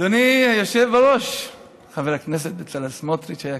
אדוני היושב-ראש, חבר הכנסת בצלאל סמוטריץ היקר,